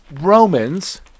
Romans